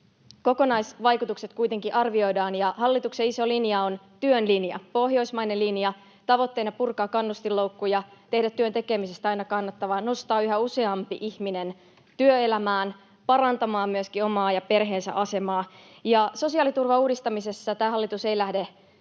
Kokonaisvaikutukset kuitenkin arvioidaan, ja hallituksen iso linja on työn linja, pohjoismainen linja, tavoitteena purkaa kannustinloukkuja, tehdä työn tekemisestä aina kannattavaa, nostaa yhä useampi ihminen työelämään, parantamaan myöskin omaa ja perheensä asemaa. Sosiaaliturvan uudistamisessa tämä hallitus ei lähde